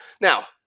Now